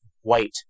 white